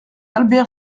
albert